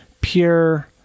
pure